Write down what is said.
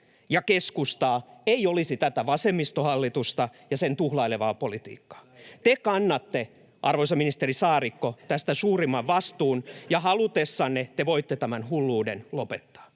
ja keskustaa ei olisi tätä vasemmistohallitusta ja sen tuhlailevaa politiikkaa. Te kannatte, arvoisa ministeri Saarikko, tästä suurimman vastuun, ja halutessanne te voitte tämän hulluuden lopettaa.